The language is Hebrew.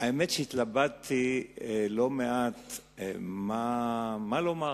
האמת היא שהתלבטתי לא מעט מה לומר.